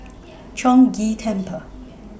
Chong Ghee Temple